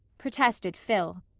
protested phil.